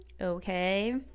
Okay